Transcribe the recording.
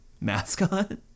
mascot